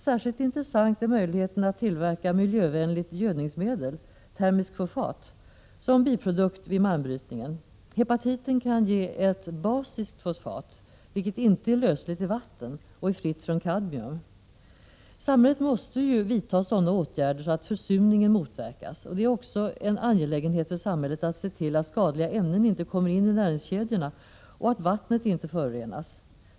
Särskilt intressant är möjligheten att tillverka ett miljövänligt gödningsmedel, termiskt fosfat, som biprodukt vid malmbrytningen. Hepatiten kan ge ett basiskt fosfat, vilket inte är lösligt i vatten och är fritt från kadmium. Samhället måste vidta sådana åtgärder att försurningen motverkas. Det är också en angelägenhet för samhället att se till att skadliga ämnen inte kommer in i näringskedjorna och att vattnet inte förorenas.